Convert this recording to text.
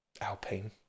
Alpine